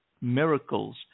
Miracles